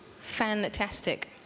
Fantastic